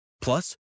Plus